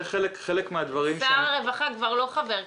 זה חלק מהדברים --- שר הרווחה כבר לא חבר כנסת.